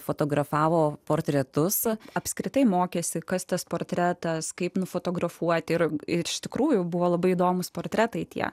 fotografavo portretus apskritai mokėsi kas tas portretas kaip nufotografuoti ir iš tikrųjų buvo labai įdomūs portretai tie